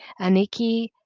Aniki